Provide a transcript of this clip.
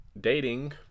dating